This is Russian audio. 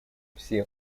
все